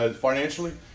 financially